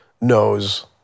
knows